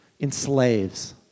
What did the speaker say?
enslaves